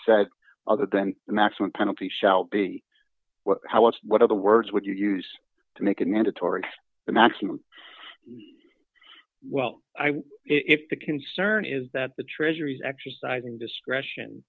said other than the maximum penalty shall be how much what other words would you use to make it mandatory the maximum well if the concern is that the treasury is exercising discretion